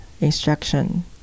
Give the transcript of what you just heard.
instruction